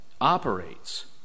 operates